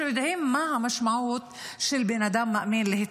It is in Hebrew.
שיודעים מה המשמעות של להתפלל לבן אדם מאמין.